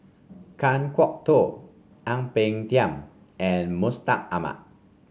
Kan Kwok Toh Ang Peng Tiam and Mustaq Ahmad